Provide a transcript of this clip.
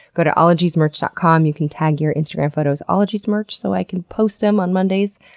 go to ologiesmerch dot com. you can tag your instagram photos ologiesmerch so i can post them on mondays!